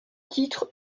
titre